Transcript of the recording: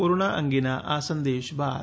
corona અંગેના આ સંદેશ બાદ